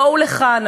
בואו לכאן,